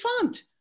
font